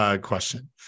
question